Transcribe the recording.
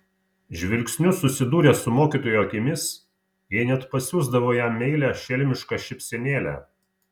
žvilgsniu susidūrę su mokytojo akimis jie net pasiųsdavo jam meilią šelmišką šypsenėlę